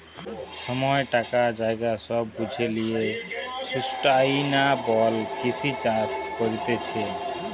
সময়, টাকা, জায়গা সব বুঝে লিয়ে সুস্টাইনাবল কৃষি চাষ করতিছে